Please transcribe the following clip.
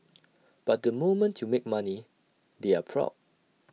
but the moment you make money they're proud